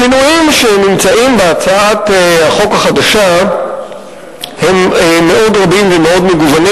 השינויים בהצעת החוק החדשה הם רבים מאוד ומגוונים